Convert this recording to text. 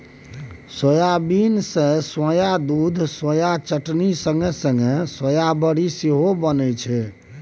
soybean सँ soya दुध आ सोया चटनी संग संग सोया बरी सेहो बनै छै